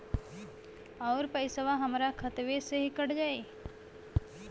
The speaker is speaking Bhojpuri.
अउर पइसवा हमरा खतवे से ही कट जाई?